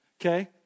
okay